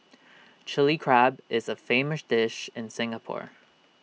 Chilli Crab is A famous dish in Singapore